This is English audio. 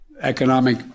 Economic